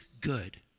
good